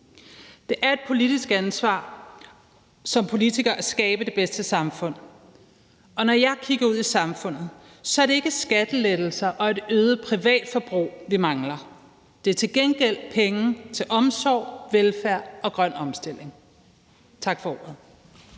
Det er et politisk ansvar som politikere at skabe det bedste samfund. Og når jeg kigger ud i samfundet, er det ikke skattelettelser og et øget privatforbrug, vi mangler. Det er til gengæld penge til omsorg, velfærd og grøn omstilling. Tak for ordet.